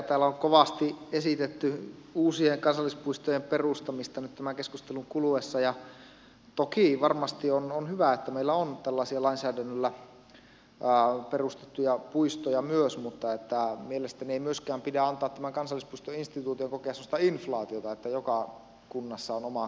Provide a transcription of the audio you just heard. täällä on kovasti esitetty uusien kansallispuistojen perustamista nyt tämän keskustelun kuluessa ja toki varmasti on hyvä että meillä on tällaisia lainsäädännöllä perustettuja puistoja myös mutta mielestäni ei myöskään pidä antaa tämän kansallispuistoinstituution kokea semmoista inflaatiota että joka kunnassa on oma kansallispuisto